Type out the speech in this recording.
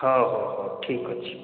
ହଉ ହଉ ହଉ ଠିକ୍ ଅଛି